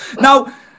Now